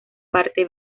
parte